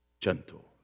Gentle